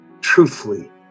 Truthfully